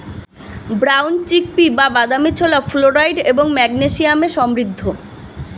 brown chickpea বা বাদামী ছোলা ফ্লোরাইড এবং ম্যাগনেসিয়ামে সমৃদ্ধ